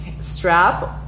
strap